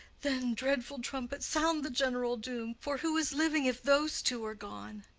then, dreadful trumpet, sound the general doom! for who is living, if those two are gone?